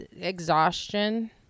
Exhaustion